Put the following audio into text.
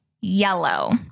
yellow